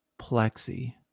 plexi